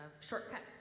Shortcuts